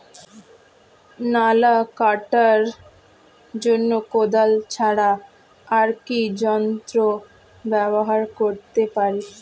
নালা কাটার জন্য কোদাল ছাড়া আর কি যন্ত্র ব্যবহার করতে পারি?